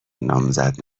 نامزد